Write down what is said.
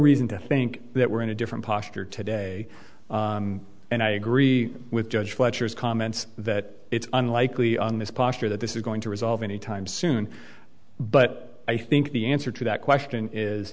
reason to think that we're in a different posture today and i agree with judge fletcher's comments that it's unlikely on this posture that this is going to resolve anytime soon but i think the answer to that question is